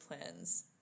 plans